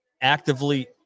actively –